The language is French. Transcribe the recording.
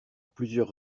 plusieurs